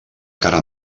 cara